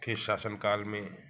के शासनकाल में